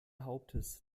hauptes